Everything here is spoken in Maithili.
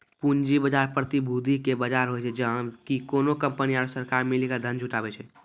पूंजी बजार, प्रतिभूति के बजार होय छै, जहाँ की कोनो कंपनी आरु सरकार मिली के धन जुटाबै छै